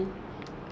ya